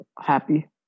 happy